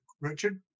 Richard